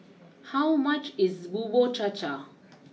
how much is Bubur Cha Cha